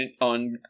on